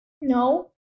No